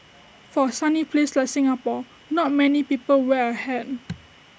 for A sunny place like Singapore not many people wear A hat